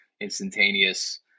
instantaneous